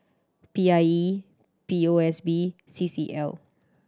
P I E P O S B C C L